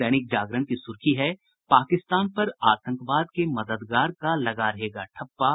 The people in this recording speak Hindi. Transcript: दैनिक जागरण की सुर्खी है पाकिस्तान पर आतंकवाद के मददगार का लगा रहेगा ठप्पा